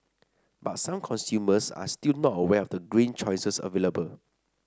but some consumers are still not aware of the green choices available